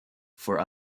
for